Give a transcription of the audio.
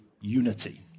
unity